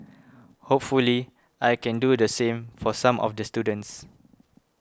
hopefully I can do the same for some of the students